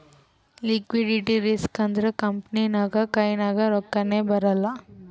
liquidity risk ಅಂದುರ್ company ನಾಗ್ ಕೈನಾಗ್ ರೊಕ್ಕಾನೇ ಬರಲ್ಲ